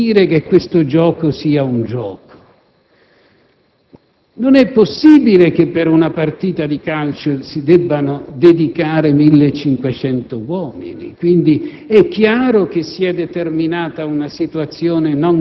si trovano a rischiare tutte le domeniche per consentire che questo gioco sia un gioco. Non è possibile che a una partita di calcio si debbano dedicare 1.500 uomini.